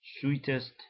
sweetest